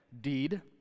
deed